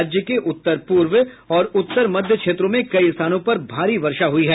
राज्य के उत्तर पूर्व और उत्तर मध्य क्षेत्रों में कई स्थानों पर भारी वर्षा हई है